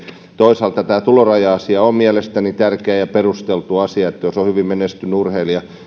toisaalta tämä tuloraja asia on mielestäni tärkeä ja perusteltu asia jos on hyvin menestynyt urheilija ja menestynyt